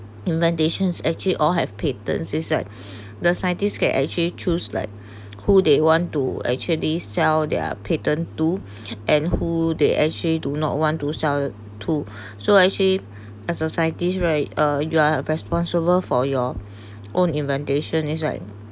invitations actually all have patents is that the scientists can actually choose like who they want to actually sell their patent to and who they actually do not want to sell to so actually as a scientist right uh you are responsible for your own invitation is right